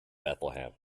bethlehem